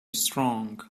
strong